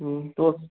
হুম তো